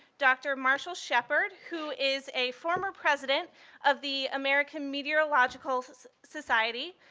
dr. marshall shepherd, who is a former president of the american meteorological society,